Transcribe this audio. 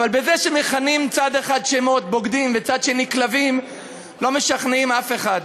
אבל בזה שמכנים צד אחד בשם "בוגדים" וצד שני "כלבים" לא משכנעים אף אחד.